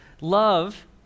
love